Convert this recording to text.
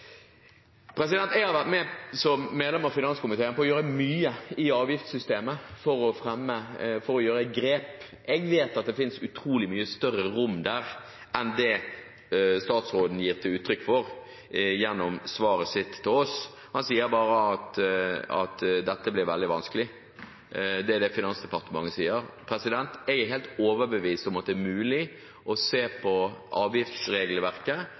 Jeg har som medlem av finanskomiteen vært med på å gjøre mye med avgiftssystemet for å ta grep. Jeg vet at det finnes utrolig mye større rom der enn det statsråden gir uttrykk for gjennom svaret sitt til oss. Han sier bare at dette blir veldig vanskelig – det er det Finansdepartementet sier. Jeg er helt overbevist om at det er mulig å se på avgiftsregelverket